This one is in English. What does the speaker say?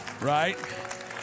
Right